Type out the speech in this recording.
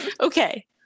Okay